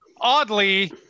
Oddly